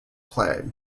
play